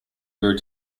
grew